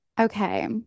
Okay